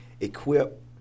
equip